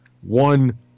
one